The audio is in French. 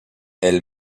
elle